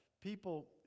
people